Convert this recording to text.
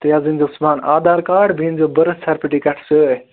تُہۍ حظ أنۍزیٚو صُبحن آدھار کارڈ بیٚیہِ أنۍزیٚو بٔرٕتھ سرفٹِکیٹ سۭتۍ